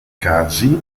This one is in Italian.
casi